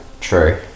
true